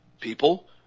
People